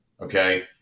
okay